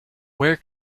where